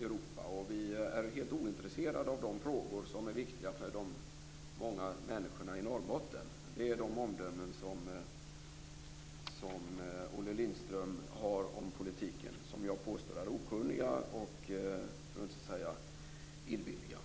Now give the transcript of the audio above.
Europa, och vi är helt ointresserade av de frågor som är viktiga för de många människorna i Norrbotten. Det är de omdömen som Olle Lindström ger om politiken, och jag vill påstå att de är okunniga, för att inte säga illvilliga.